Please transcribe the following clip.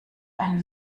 einen